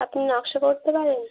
আপনি নকশা করতে পারেন